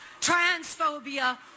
transphobia